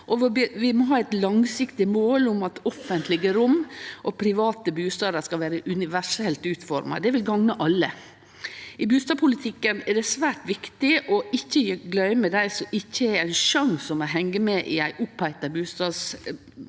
Vi må ha eit langsiktig mål om at offentlege rom og private bustadar skal vere universelt utforma. Det vil gagne alle. I bustadpolitikken er det svært viktig ikkje å gløyme dei som ikkje har sjanse til å hengje med i ein oppheita bustadmarknad,